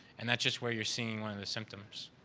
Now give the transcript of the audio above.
and that's just where you are seeing one of the symptoms.